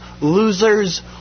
losers